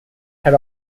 had